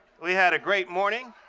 we had a great morning